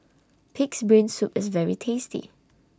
Pig'S Brain Soup IS very tasty